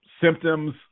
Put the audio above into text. symptoms